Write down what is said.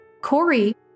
Corey